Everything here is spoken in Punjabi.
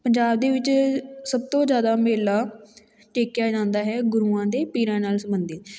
ਪੰਜਾਬ ਦੇ ਵਿੱਚ ਸਭ ਤੋਂ ਜ਼ਿਆਦਾ ਮੇਲਾ ਟੇਕਿਆ ਜਾਂਦਾ ਹੈ ਗੁਰੂਆਂ ਦੇ ਪੀਰਾਂ ਨਾਲ ਸੰਬੰਧਿਤ